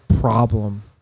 problem